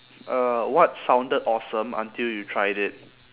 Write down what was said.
uh what sounded awesome until you tried it